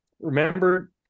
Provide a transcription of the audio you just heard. remember